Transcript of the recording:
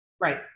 Right